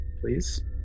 please